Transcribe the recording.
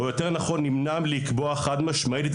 או יותר נכון נמנע מלקבוע חד-משמעית את